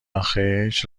آخیش